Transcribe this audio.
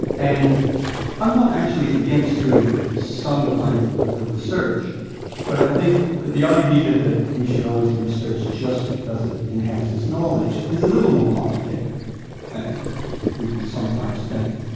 and i'm not actually against doing some kind of research but i think that the idea that we should always do research just because it enhances knowledge is a little more complicated than we sometimes think.